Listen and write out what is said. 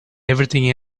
everything